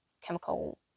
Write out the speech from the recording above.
chemical